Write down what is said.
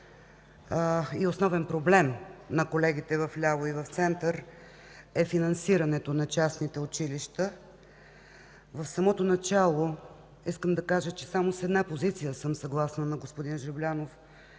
и основен проблем на колегите в ляво и в център е финансирането на частните училища. В самото начало искам да кажа, че съм съгласна само с една позиция на господин Жаблянов.